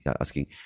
asking